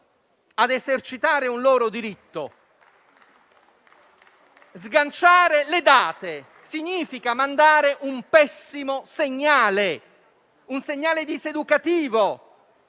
a esercitare un loro diritto. Separare le date significa mandare un pessimo segnale, un segnale diseducativo.